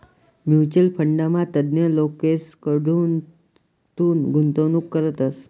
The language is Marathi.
म्युच्युअल फंडमा तज्ञ लोकेसकडथून गुंतवणूक करतस